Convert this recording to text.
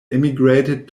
emigrated